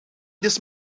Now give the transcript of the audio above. this